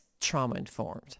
trauma-informed